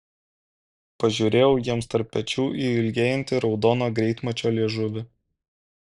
pažiūrėjau jiems tarp pečių į ilgėjantį raudoną greitmačio liežuvį